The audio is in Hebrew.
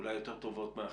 אין חבוש מתיר עצמו מבית